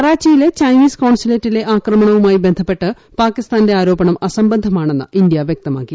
കറാച്ചിയിലെ Chinese കോൻസുലേറ്റിലെ ആക്രമണവുമായി ബന്ധപ്പെട്ട് പാകിസ്ഥാന്റെ ആരോപണം അസംബന്ധമാണെന്ന് ഇന്തൃ വൃക്തമാക്കി